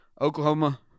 Oklahoma